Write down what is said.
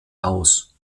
aus